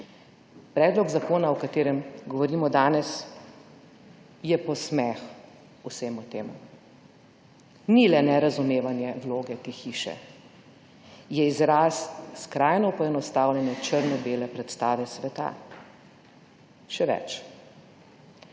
Predlog zakona, o katerem govorimo danes, je posmeh vsemu temu. Ni le nerazumevanje vloge te hiše. Je izraz skrajno poenostavljene črno-bele predstave sveta. Še več.